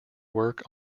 work